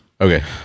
Okay